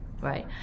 Right